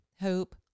hope